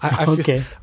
Okay